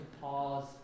pause